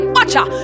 Watcha